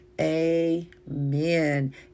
Amen